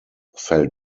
fell